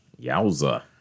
Yowza